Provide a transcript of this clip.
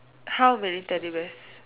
how many Teddy bears